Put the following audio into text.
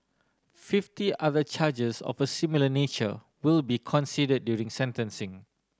fifty other charges of a similar nature will be considered during sentencing